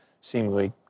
seemingly